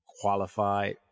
qualified